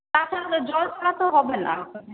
তাছাড়া তো জল ছাড়া তো হবে না